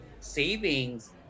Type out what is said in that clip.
savings